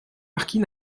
marquis